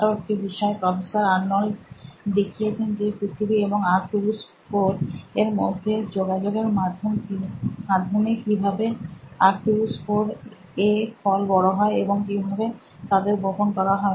আরো একটি বিষয় প্রফেসর আর্নল্ড দেখিয়েছেন যে পৃথিবী এবং আর্কটুরুস IV এর মধ্যে যোগাযোগের মাধ্যমে কিভাবে আর্কটুরুস IV এ ফল বড় হয় এবং কিভাবে তাদের বপন করা হয়